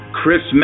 Chris